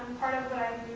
part of what